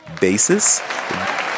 basis